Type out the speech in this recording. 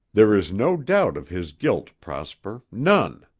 there is no doubt of his guilt, prosper, none.